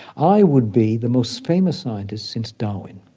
i would be the most famous scientist since darwin.